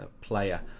player